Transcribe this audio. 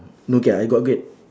no gate ah I got gate